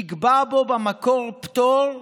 נקבע בו במקור פטור לאלה,